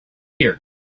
here